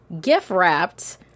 gift-wrapped